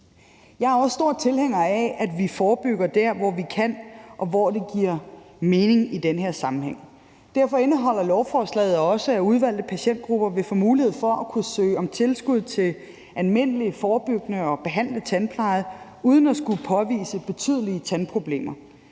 Jeg er også stor tilhænger af, at vi forebygger der, hvor vi kan, og hvor det giver mening i den her sammenhæng. Derfor indeholder lovforslaget også det element, at udvalgte patientgrupper vil få mulighed for at kunne søge om tilskud til almindelig forebyggende og behandlende tandpleje uden at skulle påvise betydelige tandproblemer.